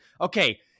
Okay